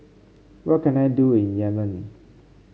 what can I do in Yemen